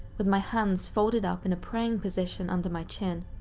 with my hands folded up in a praying position under my chin.